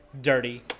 Dirty